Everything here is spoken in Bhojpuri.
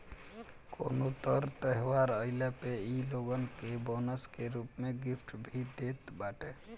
कवनो तर त्यौहार आईला पे इ लोगन के बोनस के रूप में गिफ्ट भी देत बाटे